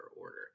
order